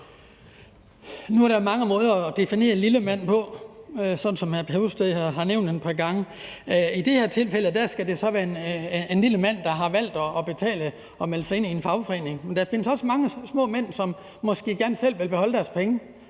Nu er der mange måder at definere en »lille mand«, som hr. Per Husted har nævnt et par gange, på. I det her tilfælde skal det jo så være en lille mand, der har valgt at betale og melde sig ind i en fagforening. Men der findes også mange små mænd, som måske gerne vil beholde deres penge